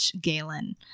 Galen